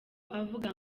avuga